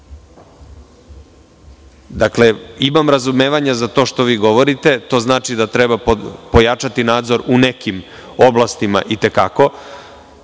imam razumevanja za to što vi govorite. To znači da treba pojačati nadzor u nekim oblastima, i te kako.